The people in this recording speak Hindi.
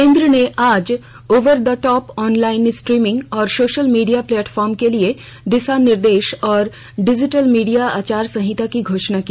केंद्र ने आज over the top online streaming और सोशल मीडिया प्लेटफॉर्म के लिए दिशा निर्देश और डिजिटल मीडिया आचार संहिता की घोषणा की